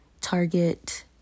target